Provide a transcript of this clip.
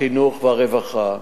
החינוך והרווחה,